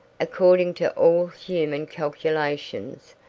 according to all human calculations,